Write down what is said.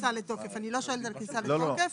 אני לא שואלת על הכניסה לתוקף.